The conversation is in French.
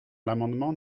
l’amendement